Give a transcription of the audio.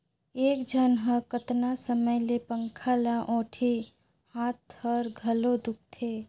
एक झन ह कतना समय ले पंखा ल ओटही, हात हर घलो दुखते